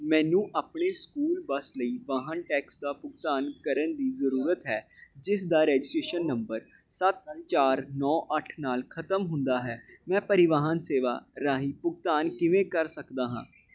ਮੈਨੂੰ ਆਪਣੇ school bus ਲਈ ਵਾਹਨ ਟੈਕਸ ਦਾ ਭੁਗਤਾਨ ਕਰਨ ਦੀ ਜ਼ਰੂਰਤ ਹੈ ਜਿਸ ਦਾ ਰਜਿਸਟ੍ਰੇਸ਼ਨ ਨੰਬਰ ਸੱਤ ਚਾਰ ਨੌ ਅੱਠ ਨਾਲ ਖਤਮ ਹੁੰਦਾ ਹੈ ਮੈਂ ਪਰਿਵਾਹਨ ਸੇਵਾ ਰਾਹੀਂ ਭੁਗਤਾਨ ਕਿਵੇਂ ਕਰ ਸਕਦਾ ਹਾਂ